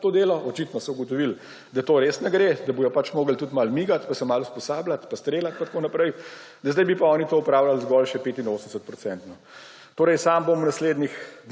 to delo − očitno so ugotovili, da to res ne gre, da bodo pač morali tudi malo migati, se malo usposabljati pa streljati in tako naprej −, da zdaj bi pa oni to opravljali zgolj še 85-odstotno. Sam bom v naslednjih